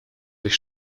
sich